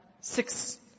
six